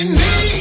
need